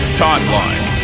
timeline